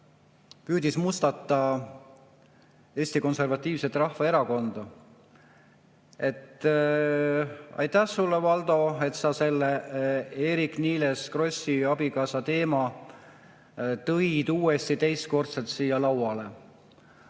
püüdis mustata Eesti Konservatiivset Rahvaerakonda. Aitäh sulle, Valdo, et sa Eerik-Niiles Krossi abikaasa teema uuesti, teistkordselt siia lauale